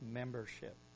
membership